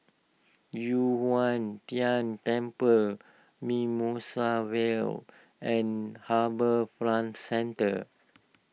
Yu Huang Tian Temple Mimosa Vale and HarbourFront Centre